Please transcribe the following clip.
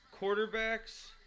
quarterbacks